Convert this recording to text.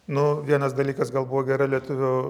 nu vienas dalykas gal buvo gera lietuvių